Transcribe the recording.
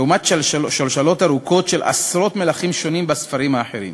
לעומת שושלות ארוכות של עשרות מלכים בספרים האחרים.